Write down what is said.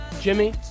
Jimmy